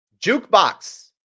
Jukebox